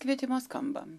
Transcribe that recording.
kvietimas skamba